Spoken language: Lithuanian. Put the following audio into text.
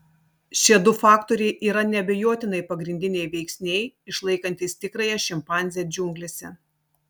šie du faktoriai yra neabejotinai pagrindiniai veiksniai išlaikantys tikrąją šimpanzę džiunglėse